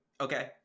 Okay